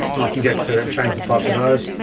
and i can get to and change the types of those,